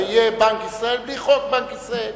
שלא יכול להיות שיהיה בנק ישראל בלי חוק בנק ישראל.